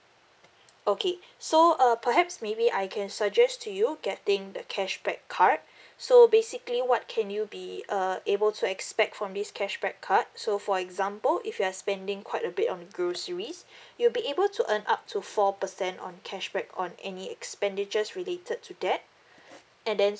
okay so uh perhaps maybe I can suggest to you getting the cashback card so basically what can you be uh able to expect from this cashback card so for example if you are spending quite a bit on groceries you'll be able to earn up to four percent on cashback on any expenditures related to that and then